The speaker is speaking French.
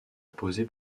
poser